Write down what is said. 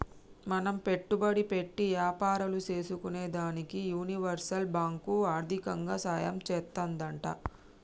మనం పెట్టుబడి పెట్టి యాపారాలు సేసుకునేదానికి యూనివర్సల్ బాంకు ఆర్దికంగా సాయం చేత్తాదంట